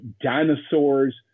dinosaurs